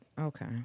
okay